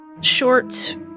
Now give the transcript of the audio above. short